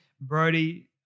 Brody